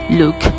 look